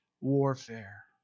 warfare